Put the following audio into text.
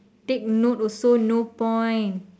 take note also no point